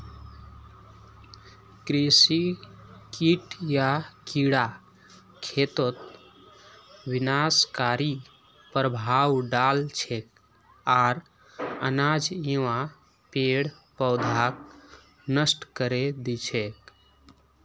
कृषि कीट या कीड़ा खेतत विनाशकारी प्रभाव डाल छेक आर अनाज एवं पेड़ पौधाक नष्ट करे दी छेक